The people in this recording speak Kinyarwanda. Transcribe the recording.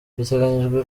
biteganyijwe